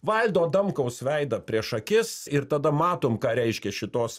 valdo adamkaus veidą prieš akis ir tada matom ką reiškia šitos